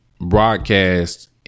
broadcast